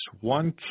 one